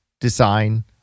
design